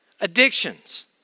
addictions